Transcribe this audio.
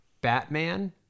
batman